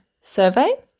survey